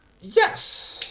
Yes